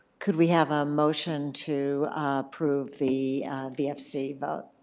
could we have a motion to approve the vfc vote?